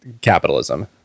capitalism